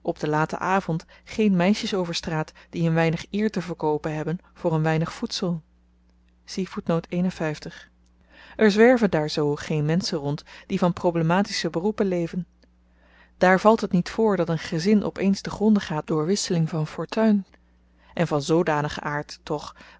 den laten avend geen meisjes over straat die een weinig eer te verkoopen hebben voor een weinig voedsel er zwerven daar zoo geen menschen rond die van problematische beroepen leven daar valt het niet voor dat een gezin op eens te gronde gaat door wisseling van fortuin en van zoodanigen aard toch